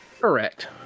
Correct